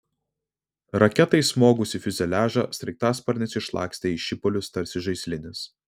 raketai smogus į fiuzeliažą sraigtasparnis išlakstė į šipulius tarsi žaislinis